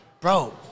bro